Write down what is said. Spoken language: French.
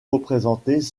représentées